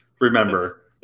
remember